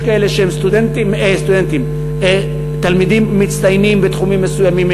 יש כאלה שהם תלמידים מצטיינים בתחומים מסוימים,